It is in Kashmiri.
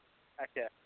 اچھا